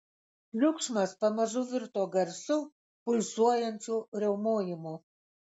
triukšmas pamažu virto garsiu pulsuojančiu riaumojimu